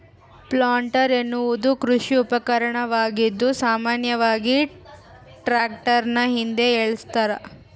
planter ಎನ್ನುವುದು ಕೃಷಿ ಉಪಕರಣವಾಗಿದ್ದು ಸಾಮಾನ್ಯವಾಗಿ ಟ್ರಾಕ್ಟರ್ನ ಹಿಂದೆ ಏಳಸ್ತರ